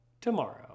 tomorrow